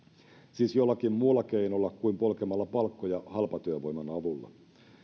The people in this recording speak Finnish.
siis jollakin muulla keinolla kuin polkemalla palkkoja halpatyövoiman avulla